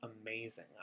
amazing